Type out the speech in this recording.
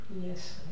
Yes